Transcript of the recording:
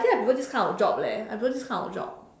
actually I prefer this kind of job leh I prefer this kind of job